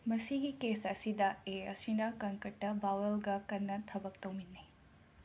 ꯃꯁꯤꯒꯤ ꯀꯦꯁ ꯑꯁꯤꯗ ꯑꯦ ꯑꯁꯤꯅ ꯀꯟꯀꯔꯠꯇ ꯕꯥꯋꯦꯜꯒ ꯀꯟꯅ ꯊꯕꯛ ꯇꯧꯃꯤꯟꯅꯩ